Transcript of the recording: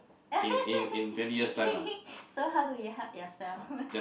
so how do you help yourself